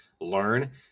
learn